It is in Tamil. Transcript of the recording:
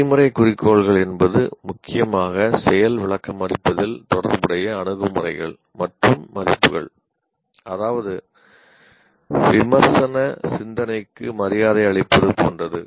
நடைமுறை குறிக்கோள்கள் என்பது முக்கியமாக செயல் விளக்கமளிப்பதில் தொடர்புடைய அணுகுமுறைகள் மற்றும் மதிப்புகள்அதாவது விமர்சன சிந்தனைக்கு மரியாதை அளிப்பதுபோன்றது